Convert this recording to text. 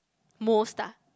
most ah